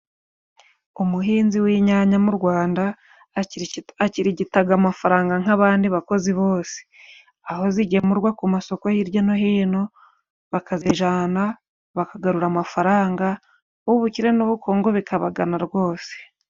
Umuhinzi w'inyanya mu Rwanda akirigitaga amafaranga, nk'abandi bakozi bose. Aho zigemurwa ku masoko hirya no hino, bakazijana bakagarura amafaranga, ubukire n'ubukungu bikabagana rwose.